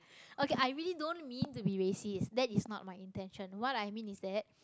okay I really don't mean to be racist that is not my intention what I mean is that